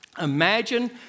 Imagine